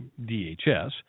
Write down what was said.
DHS